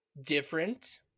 different